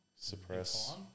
suppress